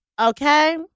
Okay